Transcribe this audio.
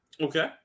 Okay